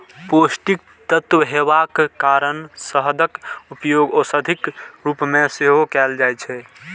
पौष्टिक तत्व हेबाक कारण शहदक उपयोग औषधिक रूप मे सेहो कैल जाइ छै